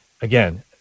again